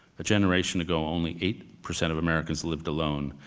a generation ago, only eight percent of americans lived alone.